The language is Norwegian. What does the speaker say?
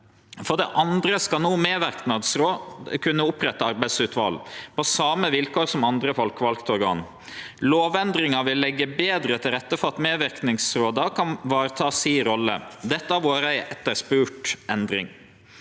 For det andre skal no medverknadsråd kunne opprette arbeidsutval på same vilkår som andre folkevalde organ. Lovendringa vil leggje betre til rette for at medverknadsråda kan vareta si rolle. Dette har vore ei etterspurd endring.